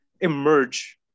emerge